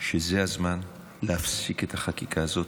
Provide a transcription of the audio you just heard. שזה הזמן להפסיק את החקיקה הזאת,